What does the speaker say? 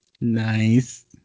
Nice